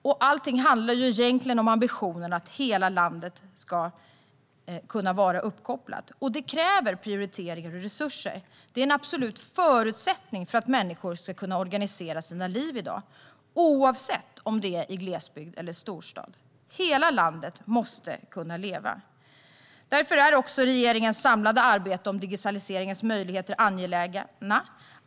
Egentligen handlar allt om ambitionen att hela landet ska kunna vara uppkopplat. Det kräver prioriteringar och resurser. Det är en absolut förutsättning för att människor ska kunna organisera sina liv i dag, oavsett om det är i glesbygd eller storstad. Hela landet måste kunna leva. Därför är regeringens samlade arbete för digitaliseringens möjligheter angeläget.